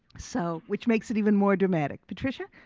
so, which makes it even more dramatic. patricia?